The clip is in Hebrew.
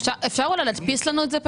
אפשר אולי להדפיס לנו את זה?